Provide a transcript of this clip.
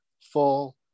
full